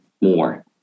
more